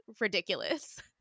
ridiculous